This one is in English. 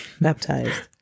baptized